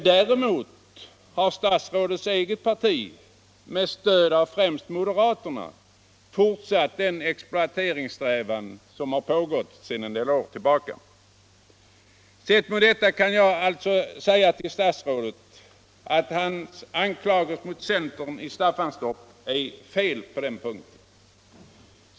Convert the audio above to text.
Däremot har statsrådets eget parti, med stöd av främst moderaterna, fortsatt de exploateringssträvanden som pågår sedan några år tillbaka. Sett mot denna bakgrund kan jag alltså säga till statsrådet att hans anklagelse mot centern i Staffanstorp är obefogad.